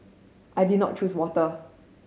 I did not choose water